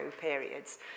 periods